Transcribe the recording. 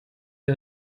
der